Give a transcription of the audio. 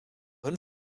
hun